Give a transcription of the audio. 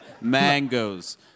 mangoes